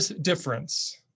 difference